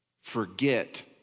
forget